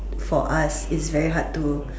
for us is very hard to